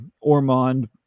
ormond